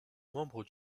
membre